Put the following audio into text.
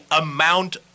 amount